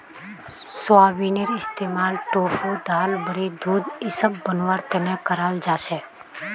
सोयाबीनेर इस्तमाल टोफू दाल बड़ी दूध इसब बनव्वार तने कराल जा छेक